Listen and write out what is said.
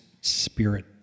spirit